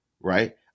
right